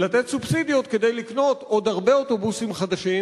ולתת סובסידיות כדי לקנות עוד הרבה אוטובוסים חדשים,